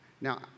Now